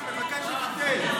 לא לוקח, מבקש שתיתן.